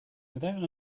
without